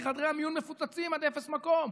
כי חדרי המיון מפוצצים עד אפס מקום,